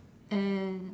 and